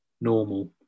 normal